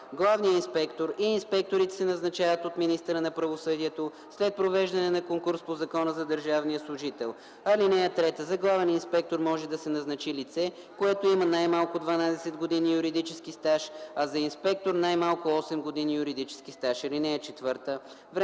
Главният инспектор и инспекторите се назначават от министъра на правосъдието след провеждане на конкурс по Закона за държавния служител. (3) За главен инспектор може да се назначи лице, което има най-малко 12 години юридически стаж, а за инспектор – най-малко 8 години юридически стаж. (4) Времето,